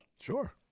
Sure